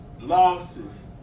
losses